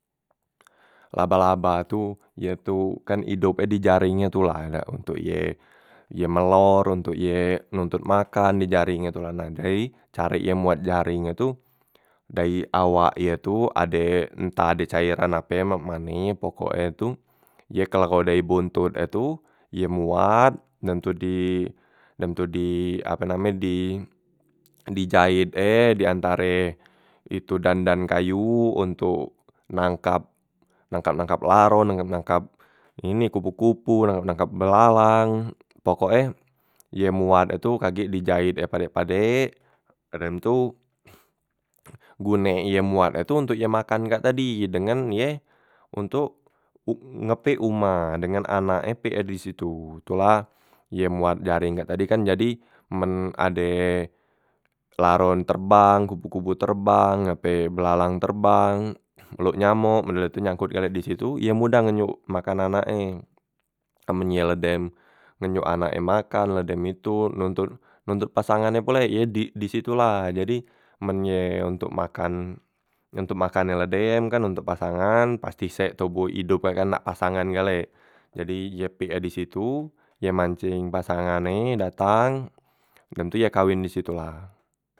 Laba- laba tu ye tu kan idop e di jaringnye tu la ye kak ontok ye ye melor, ontok ye nontot makan di jareng e tu la na, jadi carek ye muat jareng e tu dayi awak ye tu ade entah ade cairan ape mak mane pokok e tu ye kelegho dayi bontot e tu ye muat dem tu di dem tu di ape name e di di jait e diantare itu dan- dan kayu ontok nangkap nangkap- nangkap laron, nangkap- nangkap ini kupu- kupu, nangkap- nangkap belalang, pokok e ye muat e tu kagek di jaet e padek- padek, udem tu gunek ye muat kak tu ntok ye makan kak tadi dengan ye ontok u ngepik umah, dengan anak e pik e disitu. Tu lah ye muat jareng kak tadi kan jadi men ade laron terbang, kupu- kupu terbang, ape belalang terbang luk nyamok men dak tu nyangkot gale disitu, ye modah ngenyuk makan anak e, amen ye la dem ngeyuk anak e makan la dem itu, nontot nontot pasangan e pulek ye di disitu la, jadi men ye ontok makan ontok makannye la dem ontok pasangan pasti sek toboh idop e kan nak pasangan gale, jadi ye pik e disitu ye mancing pasangan e datang, dem tu ye kawen disitu la.